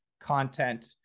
content